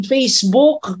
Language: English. Facebook